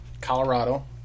Colorado